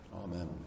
Amen